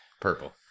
purple